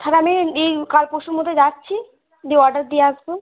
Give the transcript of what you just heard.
তাহলে আমি এই কাল পরশুর মধ্যে যাচ্ছি দিয়ে অর্ডার দিয়ে আসবো